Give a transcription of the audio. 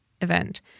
event